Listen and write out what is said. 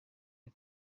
y’u